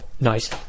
Nice